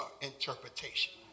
interpretation